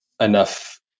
enough